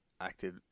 acted